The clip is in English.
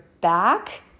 back